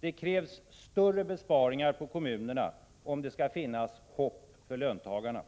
Det krävs större besparingar på kommunerna, om det skall finnas hopp för löntagarna.